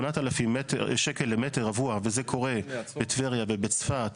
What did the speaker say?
8,000 שקל למ"ר וזה קורה בטבריה ובצפת